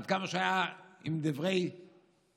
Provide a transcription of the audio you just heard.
עד כמה שהיה עם דברים תקיפים,